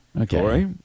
okay